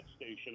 station